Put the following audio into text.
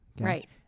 Right